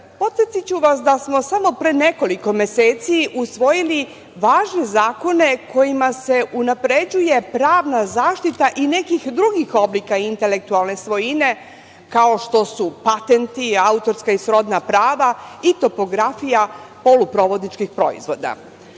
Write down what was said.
svojine. Podsetiću vas da samo pre nekoliko meseci usvojili važne zakone kojima se unapređuje pravna zaštita i nekih drugih oblika intelektualne svojine, kao što su patenti, autorska i srodna prava i topografija poluprovodničkih proizvoda.